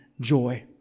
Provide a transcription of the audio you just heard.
joy